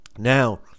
Now